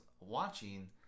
watching